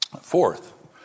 Fourth